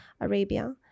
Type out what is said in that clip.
Arabia